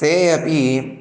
ते अपि